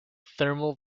thermal